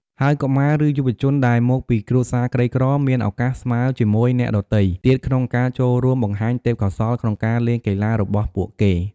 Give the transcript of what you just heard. ហើយកុមារ ឬយុវជនដែលមកពីគ្រួសារក្រីក្រ មានឱកាសស្មើរជាមួយអ្នកដទៃទៀតក្នុងការចូលរួមបង្ហាញទេពកោសល្យក្នុងការលេងកីឡារបស់ពួកគេ។